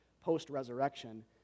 post-resurrection